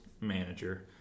manager